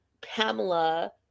pamela